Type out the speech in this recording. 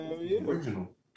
Original